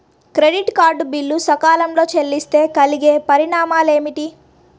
Credit card bill సకాలంలో చెల్లిస్తే కలిగే పరిణామాలేమిటి?